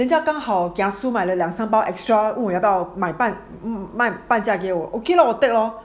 人家干好 kiasu 买了两三包 extra 问我要不要买半卖半价给我 okay oh 我 take lor